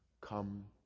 come